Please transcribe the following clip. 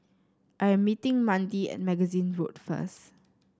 I am meeting Mandi at Magazine Road first